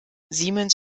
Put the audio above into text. siemens